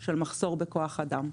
של מחסור בכוח אדם.